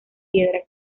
piedra